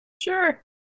sure